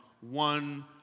one